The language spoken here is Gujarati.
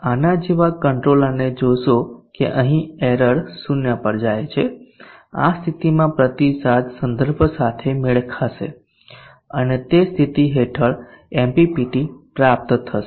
આના જેવા કંટ્રોલરને જોશો કે અહીં એરર 0 પર જાય છે આ સ્થિતિમાં પ્રતિસાદ સંદર્ભ સાથે મેળ ખાશે અને તે સ્થિતિ હેઠળ એમપીપીટી પ્રાપ્ત થશે